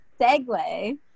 segue